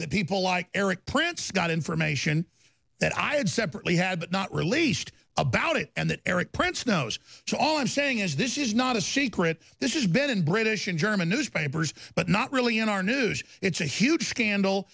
that people like erik prince got information that i had separately had but not released about it and that erik prince knows so all i'm saying is this is not a secret this is been in british and german newspapers but not really in our news it's a huge scandal